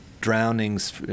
drownings